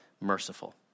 merciful